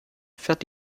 fährt